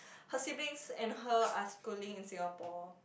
her siblings and her are schooling in Singapore